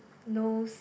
knows